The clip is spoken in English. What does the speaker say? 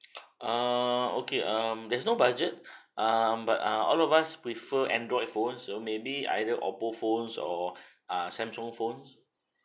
ah okay um there's no budget um but uh all of us prefer android phone so maybe either oppo phones or ah samsung phones